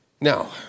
Now